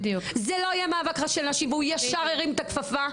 זה לא יהיה מאבק רק של נשים והוא ישר הרים את הכפפה,